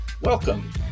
Welcome